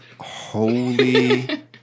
Holy